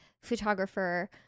photographer